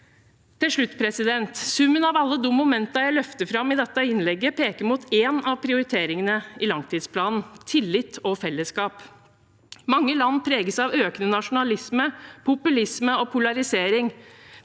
Til slutt: Summen av alle de momentene jeg løfter fram i dette innlegget, peker mot en av prioriteringene i langtidsplanen: tillit og fellesskap. Mange land preges av økende nasjonalisme, populisme og polarisering.